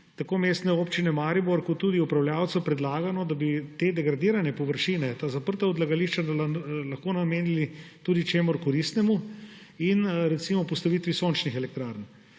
tako Mestne občine Maribor kot tudi upravljavcev predlagano, da bi te degradirane površine, ta zaprta odlagališča lahko namenili tudi čemu koristnemu, recimo postavitvi sončnih elektrarn.